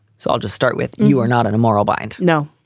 so i'll just start with you are not in a moral bind. no.